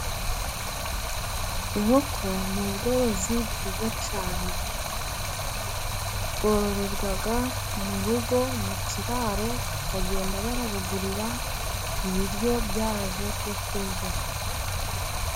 Inkoko ni ubworozi bwiza cyane. Bwororerwa mu rugo， mu kiraro， bakagenda barabugurira， ibiryo byazo byo kurya.